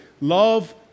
love